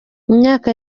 imyaka